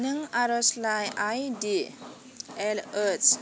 नों आर'जलाइ आईडी एल ओच